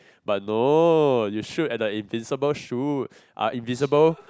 but no you shoot at the invincible shoe uh invisible